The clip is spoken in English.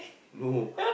no